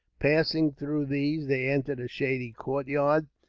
passing through these, they entered a shady courtyard,